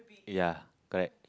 ya correct